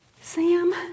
Sam